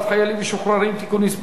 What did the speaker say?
רבניים (קיום פסקי-דין של גירושין) (תיקון מס'